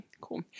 Cool